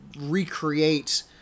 recreate